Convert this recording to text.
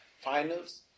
finals